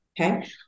okay